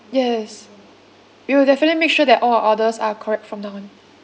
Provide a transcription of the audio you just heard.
yes we will definitely make sure that all our orders are correct from now on